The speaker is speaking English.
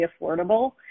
affordable